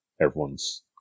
everyone's